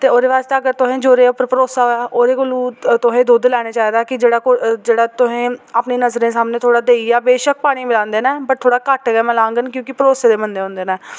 ते ओह्दे बास्तै अगर तुसें गी जोह्दे उप्पर भरोसा होवै ओह्दे कोलूं तोहें दुद्ध लैना चाहिदा की जेह्ड़ा तोहें अपनी नज़रें सामनै थोह्ड़ा देई आ बेशक्क पानी मलांदे न पर थोह्डा घट्ट गै मलाङन क्योंकि भरोसे दे बंदे होंदे न